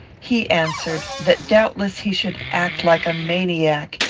he answered, that doubtless he should act like a maniac,